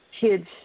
kids